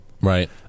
Right